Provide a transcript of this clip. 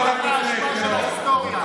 שלחו אותך לפח האשפה של ההיסטוריה.